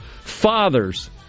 Fathers